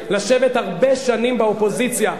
לשבת הרבה שנים באופוזיציה,